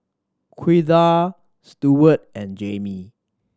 Ouida Stewart and Jaimee